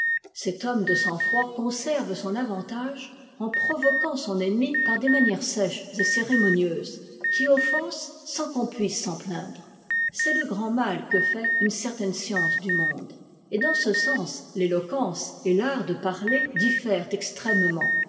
cet homme de sang-froid conserve son avantage en provoquant son ennemi par des manières sèches et cérémonieuses qui offensent sans qu'on puisse s'en plaindre c'est le grand mal que fait une certaine science du monde et dans ce sens l'éloquence et l'art de parler diffèrent extrêmement